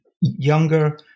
younger